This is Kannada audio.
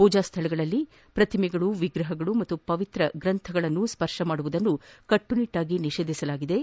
ಪೂಜಾ ಸ್ಥಳಗಳಲ್ಲಿ ಪ್ರತಿಮೆಗಳು ವಿಗ್ರಹಗಳು ಮತ್ತು ಪವಿತ್ರ ಗ್ರಂಥಗಳನ್ನು ಸ್ವರ್ತಿಸುವುದನ್ನು ಕಟ್ಟುನಿಟ್ಟಾಗಿ ನಿಷೇಧಿಸಲಾಗಿದ್ದು